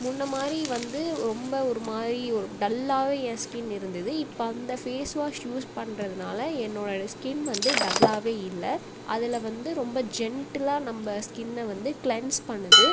முன்னேமாரி வந்து ரொம்ப ஒரு மாதிரி ஒரு டல்லாகவே என் ஸ்கின் இருந்துது இப்ப அந்த ஃபேஸ் வாஷ் யூஸ் பண்றதினால என்னோட ஸ்கின் வந்து டல்லாகவே இல்லை அதில் வந்து ரொம்ப ஜென்ட்டிலாக நம்ம ஸ்கின்னை வந்து கிளன்ஸ் பண்ணுது